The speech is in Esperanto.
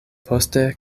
poste